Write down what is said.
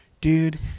Dude